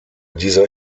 dieser